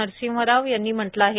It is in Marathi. नरसिंहराव यांनी म्हटलं आहे